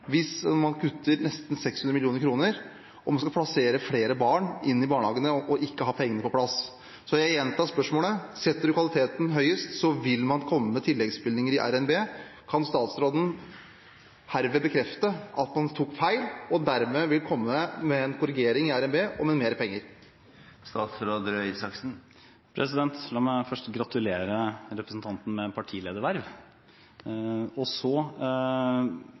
hvis man kutter nesten 600 mill. kr og man skal plassere flere barn i barnehagene og ikke har pengene på plass. Så jeg gjentar spørsmålet: Setter man kvaliteten høyest, vil man komme med tilleggsbevilgninger i RNB, og kan statsråden herved bekrefte at man tok feil, og dermed vil komme med en korrigering i RNB, og med mer penger? La meg først gratulere representanten med partilederverv. Jeg kan bekrefte at vi har gjort en beregning, og